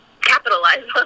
capitalize